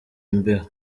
imbeho